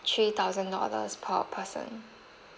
three thousand dollars per person